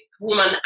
woman